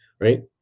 right